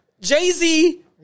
Jay-Z